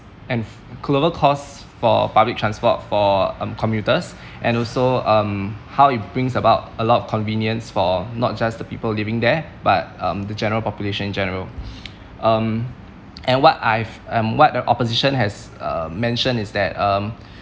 and f~ lower cost for public transport for um commuters and also um how it brings about a lot of convenience for not just the people living there but um the general population in general um and what I've um what the opposition has uh mentioned is that um